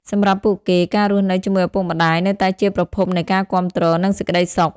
សម្រាប់ពួកគេ ការរស់នៅជាមួយឪពុកម្តាយនៅតែជាប្រភពនៃការគាំទ្រ និងសេចក្តីសុខ។